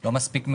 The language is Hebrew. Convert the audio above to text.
זה נחשב?